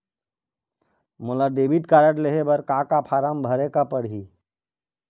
मोला debit card लेहे बर का का फार्म भरेक पड़ही?